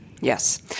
Yes